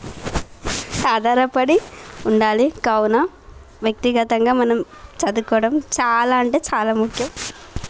ఆధారపడి ఉండాలి కావున వ్యక్తిగతంగా మనం చదువుకోవడం చాలా అంటే చాలా ముఖ్యం